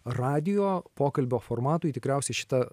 radijo pokalbio formatui tikriausiai šitą